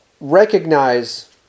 recognize